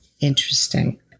Interesting